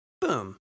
Boom